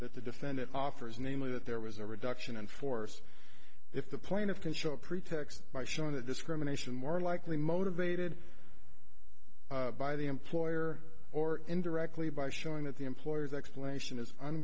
that the defendant offers namely that there was a reduction in force if the playing of can show a pretext by showing that discrimination more likely motivated by the employer or indirectly by showing that the employer's explanation is